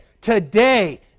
Today